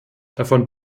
davon